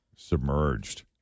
Submerged